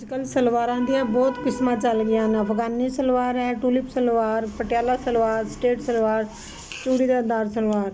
ਅੱਜਕਲ ਸਲਵਾਰਾਂ ਦੀਆਂ ਬਹੁਤ ਕਿਸਮਾਂ ਚੱਲ ਗਈਆਂ ਹਨ ਅਫਗਾਨੀ ਸਲਵਾਰ ਟੂਲਿਪ ਸਲਵਾਰ ਪਟਿਆਲਾ ਸਲਵਾਰ ਸਟੇਟ ਸਲਵਾਰ ਚੂੜੀਦਾਰ ਸਲਵਾਰ